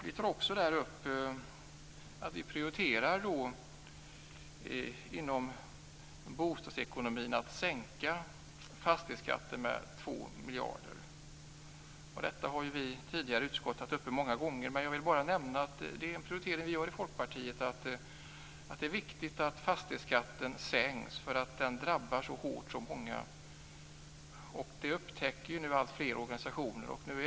Vi tar där också upp att vi inom bostadsekonomin prioriterar att sänka fastighetsskatten med 2 miljarder. Det har vi tidigare tagit upp i utskottet många gånger. Men jag vill bara nämna att vi i Folkpartiet gör den prioriteringen att det är viktigt att fastighetsskatten sänks. Den drabbar många så hårt. Det upptäcker nu alltfler organisationer.